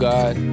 God